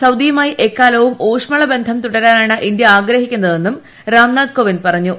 Saudi അറേബ്യയൂമായി എക്കാലവും ഊഷ്മള ബന്ധം തുടരാനാണ് ഇന്ത്യ ആഗ്രഹിക്കുന്നതെന്ന് രാം നാഥ് കോവിന്ദ് പറഞ്ഞു